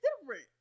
different